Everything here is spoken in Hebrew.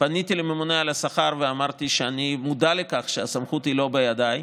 פניתי לממונה על השכר ואמרתי שאני מודע לכך שהסמכות היא לא בידיי,